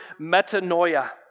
metanoia